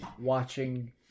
watching